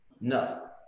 No